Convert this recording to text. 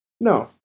No